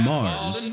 Mars